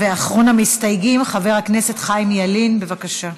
אחרון המסתייגים, חבר הכנסת חיים ילין, בבקשה.